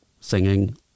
singing